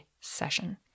session